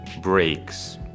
breaks